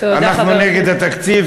אנחנו נגד התקציב,